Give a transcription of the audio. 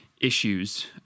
issues